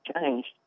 changed